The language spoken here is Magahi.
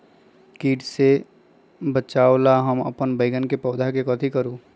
किट से बचावला हम अपन बैंगन के पौधा के कथी करू?